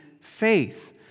faith